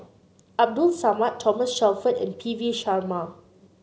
Abdul Samad Thomas Shelford and P V Sharma